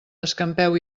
escampeu